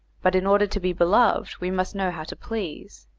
but in order to be beloved we must know how to please,